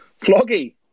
Floggy